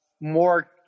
more